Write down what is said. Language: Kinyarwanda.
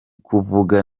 kuvuga